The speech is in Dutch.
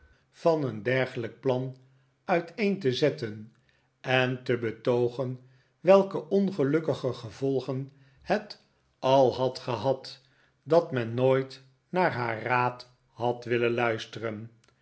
van een dergelijk ralph dreigt nikolaas met ee'n proces plan uiteen te zetten en te betoogen welke ongelukkige gevolgen net al had gehad dat men nooit naar haar raad had willen luisteren